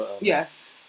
Yes